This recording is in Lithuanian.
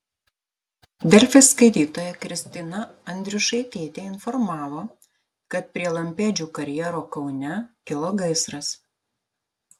delfi skaitytoja kristina andriušaitytė informavo kad prie lampėdžių karjero kaune kilo gaisras